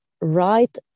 right